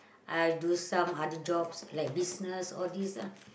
I do some other jobs like business all this ah